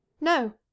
No